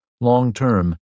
long-term